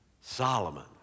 Solomon